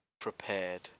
prepared